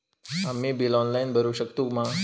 आम्ही bill online भरुक शकतू मा?